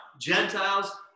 Gentiles